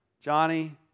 Johnny